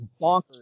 bonkers